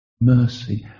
mercy